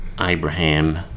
Abraham